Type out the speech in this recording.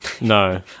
No